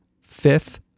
Fifth